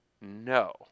No